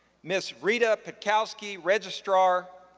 ms. rita pakowsky, registrar,